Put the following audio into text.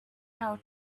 how